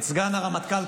את סגן הרמטכ"ל,